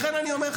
לכן אני אומר,